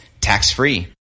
tax-free